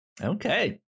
okay